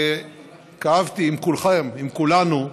וכאבתי עם כולכם, עם כולנו,